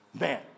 Man